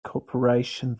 corporation